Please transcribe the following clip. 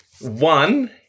One